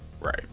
Right